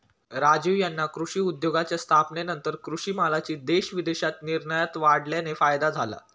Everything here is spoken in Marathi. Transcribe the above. राजीव यांना कृषी उद्योगाच्या स्थापनेनंतर कृषी मालाची देश विदेशात निर्यात वाढल्याने फायदा झाला